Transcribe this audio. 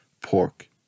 pork